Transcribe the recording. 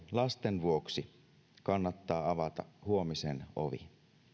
lasten vuoksi kannattaa avata huomisen ovi